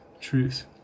truth